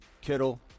Kittle